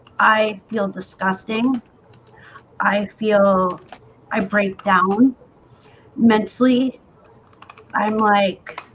i feel disgusting i feel i break down mentally i'm like,